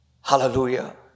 Hallelujah